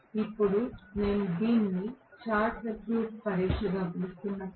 ఇప్పుడు నేను దీనిని షార్ట్ సర్క్యూట్ పరీక్షగా పిలుస్తున్నాను